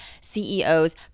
CEOs